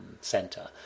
center